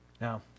Now